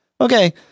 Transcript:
okay